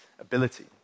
ability